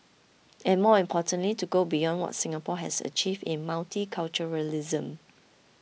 and more importantly to go beyond what Singapore has achieved in multiculturalism